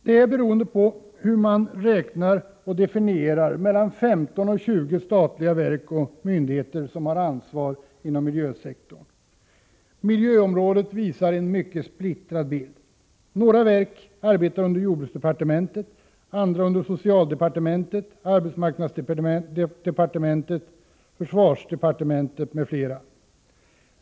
Det är — beroende på hur man räknar och definierar — mellan 15 och 20 statliga verk och myndigheter som har ansvar inom miljösektorn. Miljöområdet uppvisar en mycket splittrad bild. Några verk arbetar under jordbruksdepartementet, andra under socialdepartementet, arbetsmarknadsdepartementet, försvarsdepartementet, etc.